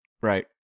Right